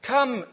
Come